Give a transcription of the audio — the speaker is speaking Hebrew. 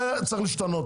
זה צריך להשתנות,